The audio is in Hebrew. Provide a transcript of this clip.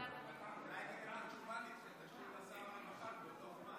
אולי גם את התשובה של שר הרווחה נדחה לאותו זמן.